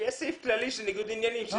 שיהיה סעיף כללי של ניגוד עניינים.